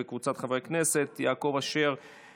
ותועבר להמשך דיון בוועדת הפנים והגנת הסביבה.